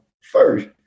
first